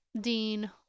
dean